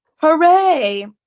Hooray